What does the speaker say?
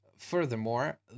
Furthermore